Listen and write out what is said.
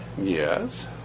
Yes